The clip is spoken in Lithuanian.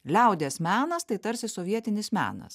liaudies menas tai tarsi sovietinis menas